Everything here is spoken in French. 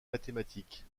mathématiques